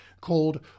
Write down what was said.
called